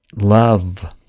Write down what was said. love